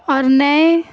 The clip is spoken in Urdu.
اور نئے